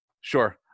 Sure